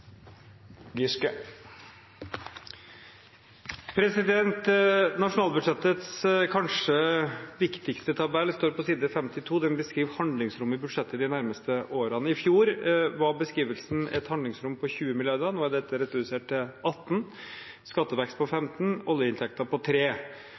replikkordskifte. Nasjonalbudsjettets kanskje viktigste tabell står på side 52. Den beskriver handlingsrommet i budsjettet de nærmeste årene. I fjor var beskrivelsen et handlingsrom på 20 mrd. kr. Nå er dette redusert til 18 mrd. kr – skattevekst på